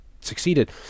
succeeded